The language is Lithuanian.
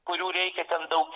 kurių reikia ten daug